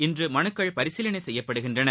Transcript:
இன்று மனுக்கள் பரிசீலனை செய்யப்படுகின்றன